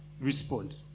respond